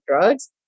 drugs